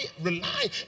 rely